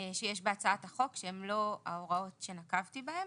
שיש בהצעת החוק, שהן לא ההוראות שנקבתי בהן.